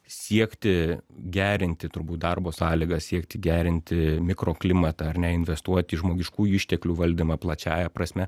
siekti gerinti turbūt darbo sąlygas siekti gerinti mikroklimatą ar ne investuoti į žmogiškųjų išteklių valdymą plačiąja prasme